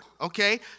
Okay